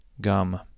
gum